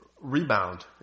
rebound